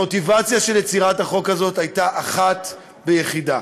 המוטיבציה של יצירת החוק הזאת הייתה אחת ויחידה: